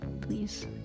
Please